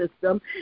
system